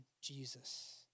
Jesus